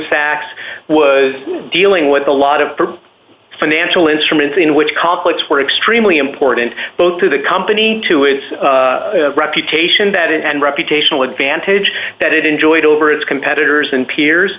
sachs was dealing with a lot of financial instruments in which conflicts were extremely important both to the company to its reputation that it and reputational advantage that it enjoyed over its competitors and peers